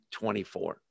24